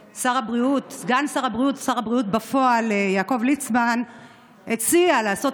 סגן שר הבריאות ושר הבריאות בפועל יעקב ליצמן הציע לעשות